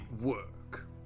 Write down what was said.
work